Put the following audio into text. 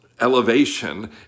elevation